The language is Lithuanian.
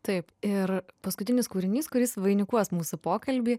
taip ir paskutinis kūrinys kuris vainikuos mūsų pokalbį